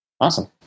Awesome